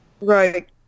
Right